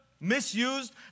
Misused